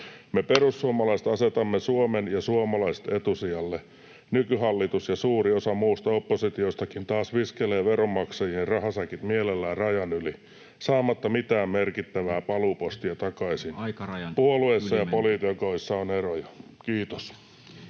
Me perussuomalaiset asetamme Suomen ja suomalaiset etusijalle. Nykyhallitus ja suuri osa muusta oppositiostakin taas viskelee veronmaksajien rahasäkit mielellään rajan yli saamatta mitään merkittävää paluupostia takaisin. [Puhemies: Aikaraja!] Puolueissa ja poliitikoissa on eroja. — Kiitos.